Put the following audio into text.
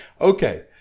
Okay